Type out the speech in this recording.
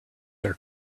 are